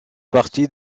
partie